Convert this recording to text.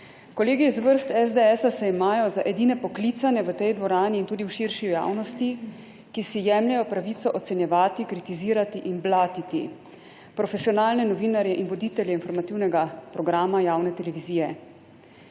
Kolegi iz vrst SDS se imajo za edine poklicane v tej dvorani in tudi v širši javnosti, ki si jemljejo pravico ocenjevati, kritizirati in blatiti profesionalne novinarje in voditelje informativnega programa javne televizije.